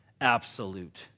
Absolute